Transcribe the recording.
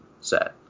set